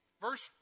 Verse